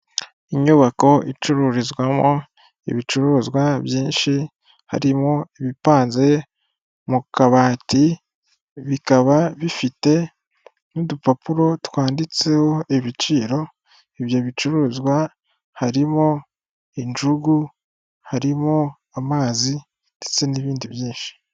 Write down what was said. Inyubako icururizwamo ibicuruzwa byinshi harimo ibipanze mu kabati bikaba bifite n'udupapuro twanditseho ibiciro, ibyo bicuruzwa harimo injugu, harimo amazi ndetse n'ibindi byinshi.